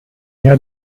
had